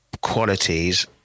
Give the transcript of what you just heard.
qualities